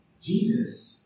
Jesus